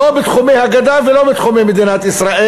לא בתחומי הגדה ולא בתחומי מדינת ישראל,